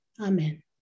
Amen